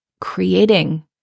creating